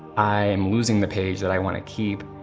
i am losing the page that i wanna keep,